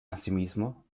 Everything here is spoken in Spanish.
asimismo